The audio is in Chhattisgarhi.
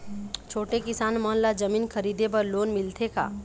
छोटे किसान मन ला जमीन खरीदे बर लोन मिलथे का?